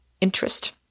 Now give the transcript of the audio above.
interest